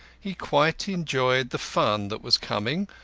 he quite enjoyed the fun that was coming,